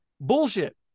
Bullshit